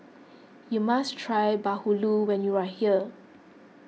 you must try Bahulu when you are here